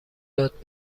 داد